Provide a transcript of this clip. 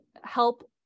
help